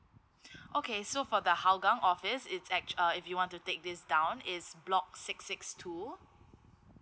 okay so for the hougang office it's actu~ uh if you want to take this down it's block six six two